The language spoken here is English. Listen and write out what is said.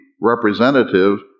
representative